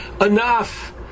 enough